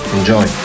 Enjoy